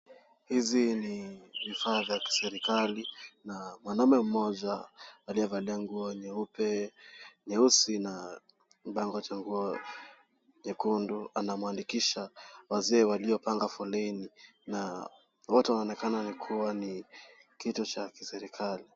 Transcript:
Hizi ni vifaa vya kiserikali na mwanaume mmoja aliyevalia nguo nyeupe , nyeusi na bango cha nguo nyekundu anamwandikisha wazee waliopanga foleni na wote waonekana kuwa ni kitu cha kiserikal.